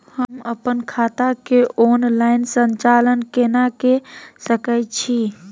हम अपन खाता के ऑनलाइन संचालन केना के सकै छी?